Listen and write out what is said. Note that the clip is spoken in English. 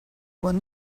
one